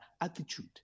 attitude